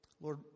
Lord